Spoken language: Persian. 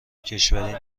کشوری